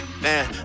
Man